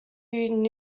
new